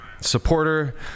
supporter